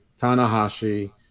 Tanahashi